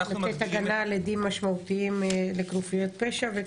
לתת הגנה לעדים משמעותיים לכנופיות פשע?